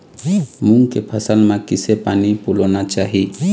मूंग के फसल म किसे पानी पलोना चाही?